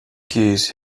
keys